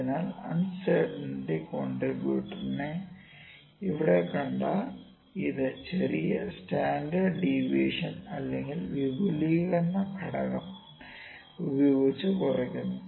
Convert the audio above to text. അതിനാൽ അൺസെര്ടിനിറ്റി കോണ്ട്രിബ്യുട്ടർനെ ഇവിടെ കണ്ടാൽ അത് ചെറിയ സ്റ്റാൻഡേർഡ് ഡീവിയേഷൻ അല്ലെങ്കിൽ വിപുലീകരണ ഘടകം ഉപയോഗിച്ച് കുറയ്ക്കുന്നു